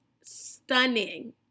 Stunning